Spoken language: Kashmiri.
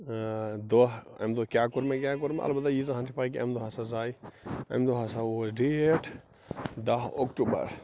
دۄہ امہِ دۄہ کیٛاہ کوٚر مےٚ کیٛاہ کوٚر مےٚ البتہٕ ییٖژہان چھِ پےَ کہِ امہِ دۄہ ہسا زایہِ امہِ دۄہ ہسا اوس ڈیٹ دَہ اوکتوٗبر